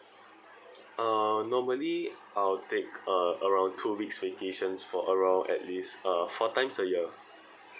uh normally I'll take uh around two weeks vacations for around at least uh four times a year